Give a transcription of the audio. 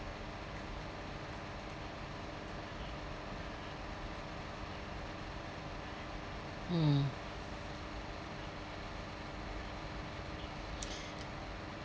mm